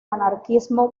anarquismo